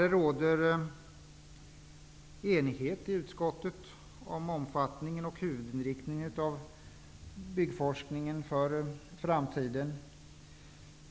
Det råder enighet i utskottet om omfattningen och huvudinriktningen av byggforskningen för framtiden.